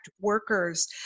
workers